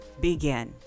begin